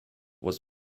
was